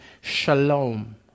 shalom